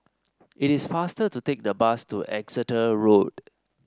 it is faster to take the bus to Exeter Road